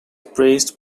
praised